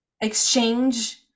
exchange